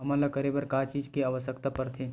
हमन ला करे बर का चीज के आवश्कता परथे?